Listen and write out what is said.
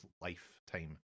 lifetime